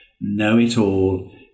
know-it-all